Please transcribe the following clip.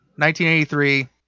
1983